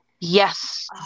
Yes